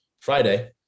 Friday